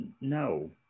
no